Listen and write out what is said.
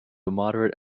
moderate